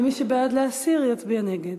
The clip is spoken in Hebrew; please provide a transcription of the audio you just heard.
ומי שבעד להסיר יצביע נגד.